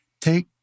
take